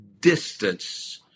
distance